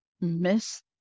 miss